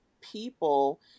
people